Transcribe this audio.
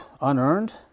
unearned